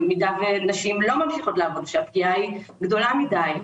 במידה ונשים לא ממשיכות לעבוד והפגיעה היא גדולה מדי.